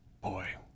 Boy